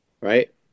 right